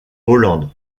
hollande